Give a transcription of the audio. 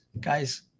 Guys